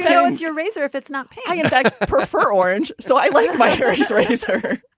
yeah owns your razor if it's not how you prefer orange. so i like my hair. he's raised her